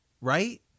right